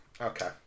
okay